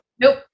Nope